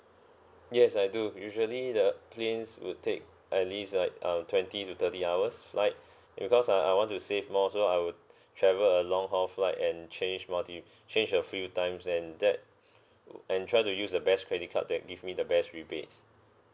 yes I do you usually the planes would take at least like um twenty to thirty hours flight because uh I want to save more so I would travel a long haul flight and change more to change a few times and that and try to use a best credit card that give me the best rebates